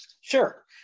sure